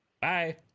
Bye